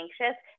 anxious